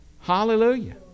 Hallelujah